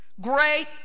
Great